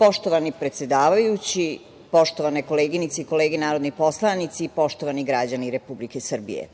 Poštovani predsedavajući, poštovane koleginice i kolege narodni poslanici i poštovani građani Republike Srbije,